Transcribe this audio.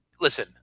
listen